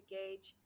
gauge